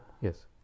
Yes